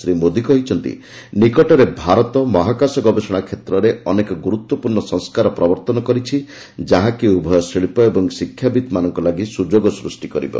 ଶୀ ମୋଦି କହିଛନ୍ତି ନିକଟରେ ଭାରତ ମହାକାଶ ଗବେଷଣା କ୍ଷେତ୍ରରେ ଅନେକ ଗୁରୁତ୍ୱପୂର୍ଣ୍ଣ ସଂସ୍କାର ପ୍ରବର୍ତ୍ତନ କରିଛି ଯାହାକି ଉଭୟ ଶିଳ୍ପ ଓ ଶିକ୍ଷାବିତ୍ମାନଙ୍କ ଲାଗି ସୁଯୋଗ ସୃଷ୍ଟି କରିବ